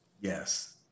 Yes